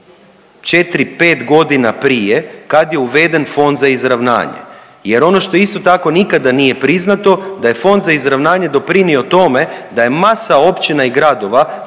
pet godina prije kad je uveden Fond za izravnanje jer ono što isto tako nikada nije priznato da je Fond za izravnanje doprinio tome da je masa općina i gradova